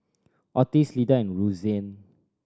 Ottis Lyda and Roseanne